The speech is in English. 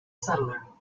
settler